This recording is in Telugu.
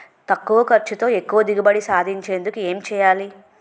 తక్కువ ఖర్చుతో ఎక్కువ దిగుబడి సాధించేందుకు ఏంటి చేయాలి?